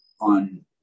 on